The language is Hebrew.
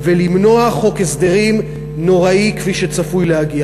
ולמנוע חוק הסדרים נוראי כפי שצפוי להגיע.